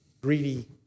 greedy